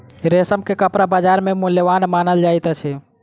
रेशम के कपड़ा बजार में मूल्यवान मानल जाइत अछि